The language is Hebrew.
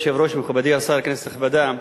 כבוד היושב-ראש, מכובדי השר, כנסת נכבדה,